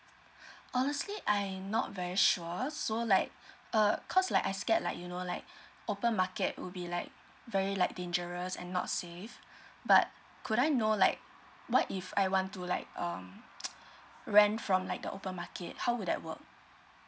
honestly I'm not very sure so like err cause like I scared like you know like open market will be like very like dangerous and not safe but could I know like what if I want to like um rent from like the open market how would that work